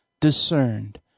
discerned